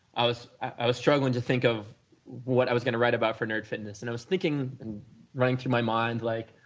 i was i was struggling to think of what i was going to write about for nerd fitness and i was thinking and running to my mind like